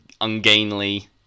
ungainly